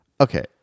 Okay